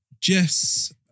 Jess